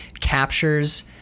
captures